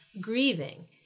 grieving